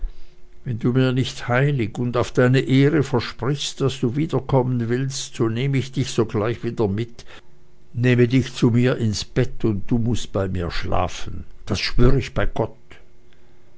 wenn du mir nicht heilig und auf deine ehre versprichst daß du wiederkommen willst so nehm ich dich sogleich wieder mit nehme dich zu mir ins bett und du mußt bei mir schlafen das schwör ich bei gott